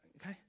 okay